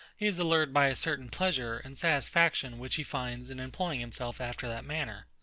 he is allured by a certain pleasure and satisfaction which he finds in employing himself after that manner.